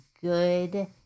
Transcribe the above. good